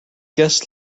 guest